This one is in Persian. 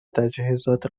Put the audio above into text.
تجهیزات